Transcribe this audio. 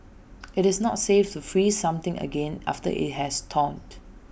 IT is not safe to freeze something again after IT has thawed